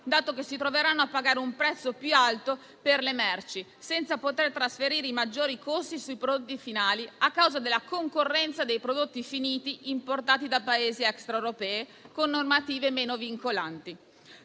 dato che si troveranno a pagare un prezzo più alto per le merci, senza poter trasferire i maggiori costi sui prodotti finali, a causa della concorrenza dei prodotti finiti, importati da Paesi extraeuropei, con normative meno vincolanti.